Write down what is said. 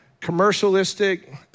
commercialistic